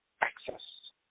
access